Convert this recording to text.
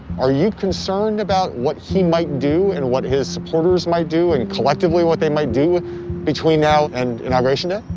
are you concerned about what he might do and what his supporters might do and collectively what they might do between now and inauguration day?